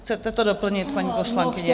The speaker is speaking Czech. Chcete to doplnit, paní poslankyně?